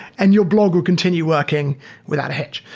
and your blog will continue working without a hitch.